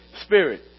Spirit